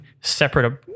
separate